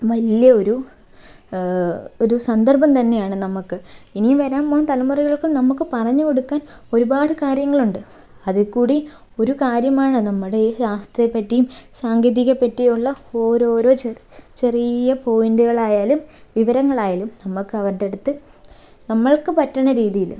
വലിയ ഒരു ഒരു സന്ദർഭം തന്നെയാണ് നമുക്ക് ഇനിയും വരാൻ പോകുന്ന തലമുറകൾക്കും നമുക്ക് പറഞ്ഞു കൊടുക്കാൻ ഒരുപാട് കാര്യങ്ങളുണ്ട് അതിൽ കൂടി ഒരു കാര്യമാണ് നമ്മുടെ ഈ ശാസ്ത്രത്തെപ്പറ്റിയും സാങ്കേതികേപ്പറ്റിയും ഉള്ള ഓരോരോ ചെറിയ ചെറിയ പോയിൻറ്റുകളായാലും വിവരങ്ങളായാലും നമുക്ക് അവരുടെ അടുത്ത് നമുക്ക് പറ്റുന്ന രീതിയിൽ